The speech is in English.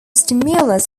stimulus